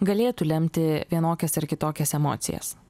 galėtų lemti vienokias ar kitokias emocijas